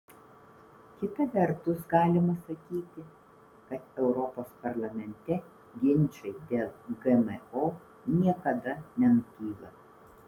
kita vertus galima sakyti kad europos parlamente ginčai dėl gmo niekada nenutyla